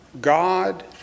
God